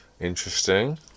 Interesting